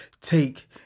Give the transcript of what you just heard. take